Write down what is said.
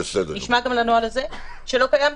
נשמע גם על הנוהל הזה שלא קיים,